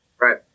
right